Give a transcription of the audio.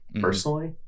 personally